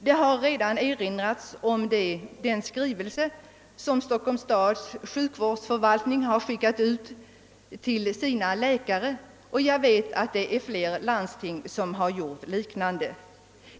Här har redan erinrats om den skrivelse som Stockholms stads sjukvårdsförvaltning har skickat ut till sina läkare. Jag vet att flera landsting har sänt ut liknande skrivelser.